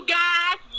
guys